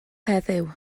heddiw